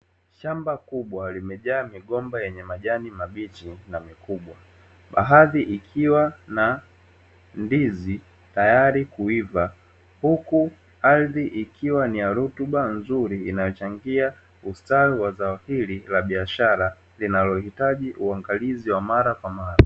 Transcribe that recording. Shamba kubwa limejaa migomba yenye majani mabichi na mikubwa , baadhi ikiwa na ndizi tayari kuiva huku ardhi ikiwa ni ya rutuba nzuri inayochangia ustawi wa zao hili la biashara, linalohitaji uangalizi wa mara kwa mara.